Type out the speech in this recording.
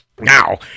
Now